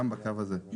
גם בקו הזה.